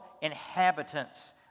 inhabitants